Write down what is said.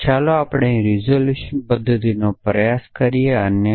ચાલો આપણે અહીં રીઝોલ્યુશન પદ્ધતિનો પ્રયાસ કરીએ અને કરીએ